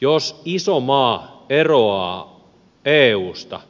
jos iso maa eroaa eusta